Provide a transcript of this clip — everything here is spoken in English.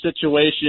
situation